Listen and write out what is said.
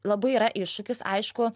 labai yra iššūkis aišku